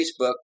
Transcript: Facebook